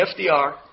FDR